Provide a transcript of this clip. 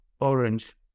Orange